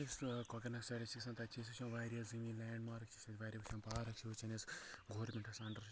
یُس کۄکَرناگ سایڈَس چھِ آسان تَتہِ چھِ أسۍ وٕچھان واریاہ زمیٖن لینٛڈ مارٕک چھِ أسۍ تَتہِ واریاہ وٕچھان بہارَس چھِ وٕچھان أسۍ گورمٮ۪نٛٹَس انڈَر